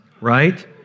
Right